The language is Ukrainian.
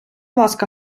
ласка